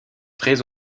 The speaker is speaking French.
très